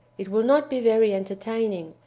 it will not be very entertaining,